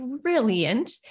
brilliant